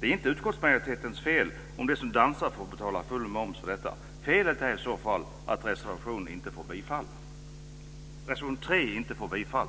Det är inte utskottsmajoritetens fel om de som dansar får betala full moms för detta. Felet är i så fall att reservation 3 inte får bifall.